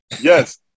yes